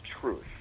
truth